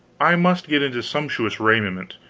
i must get into sumptuous raiment,